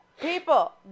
People